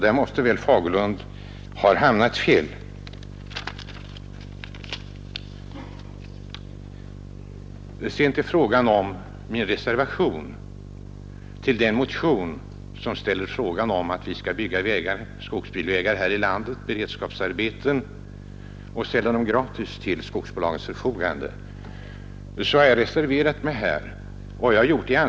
Här måste herr Fagerlund ha hamnat på fel plats. Jag har reserverat mig i anslutning till den motion som också väcker tanken att vi skall bygga skogsbilvägar här i landet som beredskapsarbeten och gratis ställa dem till skogsbolagens förfogande.